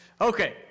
Okay